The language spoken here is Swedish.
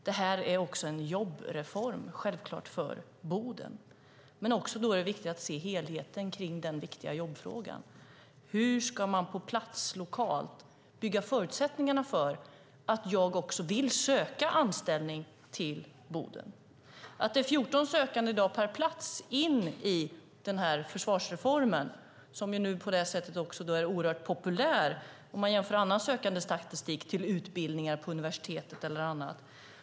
Det är naturligtvis en jobbreform för Boden. Det är viktigt att se helheten i den viktiga jobbfrågan. Hur ska man på plats lokalt bygga förutsättningar för att man vill söka anställning i Boden? I dag är det 14 sökande per plats in i försvarsreformen, som är oerhört populär jämfört med sökandestatistiken till utbildningar på universitet och annat.